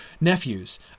nephews